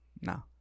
No